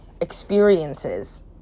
experiences